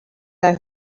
their